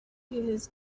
his